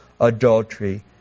adultery